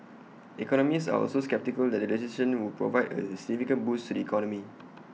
economists are also sceptical that the legislation would provide A significant boost to the economy